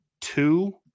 two